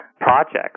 projects